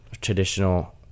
traditional